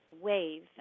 wave